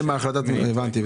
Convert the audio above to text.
הבנתי.